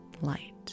light